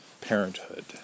parenthood